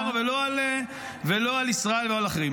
לא על סהר, לא על ישראל ולא על אחרים.